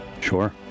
Sure